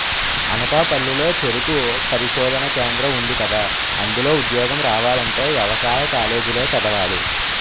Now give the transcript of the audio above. అనకాపల్లి లో చెరుకు పరిశోధనా కేంద్రం ఉందికదా, అందులో ఉద్యోగం రావాలంటే యవసాయ కాలేజీ లో చదవాలి